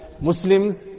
Muslim